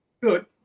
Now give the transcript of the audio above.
good